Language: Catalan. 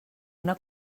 una